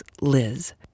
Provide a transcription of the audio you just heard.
Liz